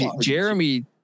Jeremy